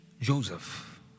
Joseph